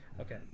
Okay